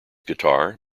guitar